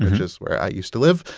which is where i used to live.